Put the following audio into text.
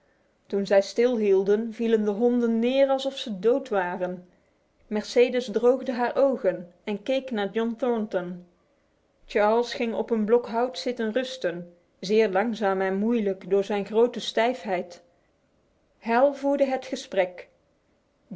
toen zij stilhielden vielen de honden neer alsof ze dood waren mercedes droogde haar ogen en keek naar john thornton charles ging op een blok hout zitten rusten zeer langzaam en moeilijk door zijn grote stijfheid hal voerde het gesprek